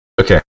Okay